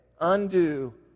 undo